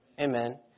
Amen